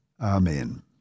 Amen